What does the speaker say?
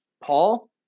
Paul